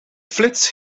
flits